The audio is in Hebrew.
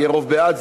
יהיה רוב בעד,